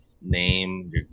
name